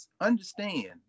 understand